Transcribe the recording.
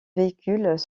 véhicules